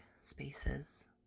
spaces